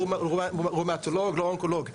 לא אונקולוג,